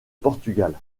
portugal